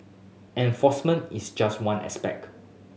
enforcement is just one aspect